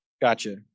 gotcha